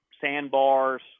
sandbars